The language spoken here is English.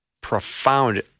profound